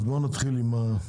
אז בוא נתחיל עם הספקים,